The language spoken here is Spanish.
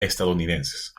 estadounidenses